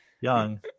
young